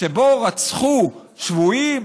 שבה רצחו שבויים,